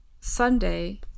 Sunday